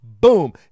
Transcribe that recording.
boom